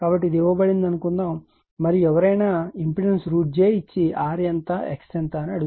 కాబట్టి ఇది ఇవ్వబడింది అనుకుందాం మరియు ఎవరైనా ఇంపెడెన్స్ j ఇచ్చి r ఎంత x ఎంత అని అడుగుతారు